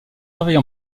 réveille